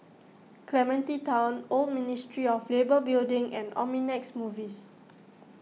Clementi Town Old Ministry of Labour Building and Omnimax Movies